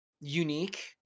unique